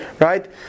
right